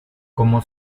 como